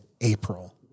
april